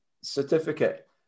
certificate